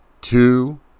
two